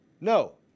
No